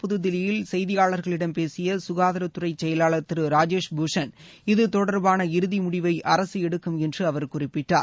புத்தில்லியில் செய்தியாளர்களிடம் பேசிய சுகாதாரத்துறை செயலாளர் திரு ராஜேஷ் பூஷன் இது தொடர்பான இறுதி முடிவை அரசு எடுக்கும் என்று குறிப்பிட்டார்